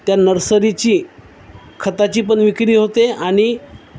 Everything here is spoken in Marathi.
त्या नर्सरीची खताची पण विक्री होते आणि